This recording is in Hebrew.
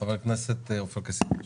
חבר הכנסת עופר כסיף, בבקשה.